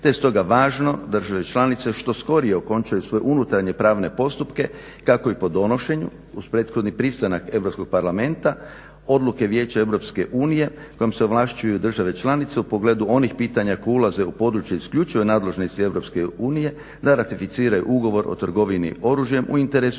je stoga važno da države članice što skorije okončaju svoje unutarnje pravne postupke kako bi po donošenju uz prethodni pristanak Europskog parlamenta odluke Vijeća EU kojom se ovlašćuju države članice u pogledu onih pitanja koja ulaze u područje isključivo nadležnosti EU da ratificiraju ugovor o trgovini oružjem u interesu